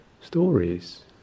stories